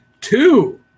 Two